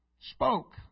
spoke